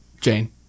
Jane